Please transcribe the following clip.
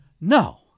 No